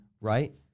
right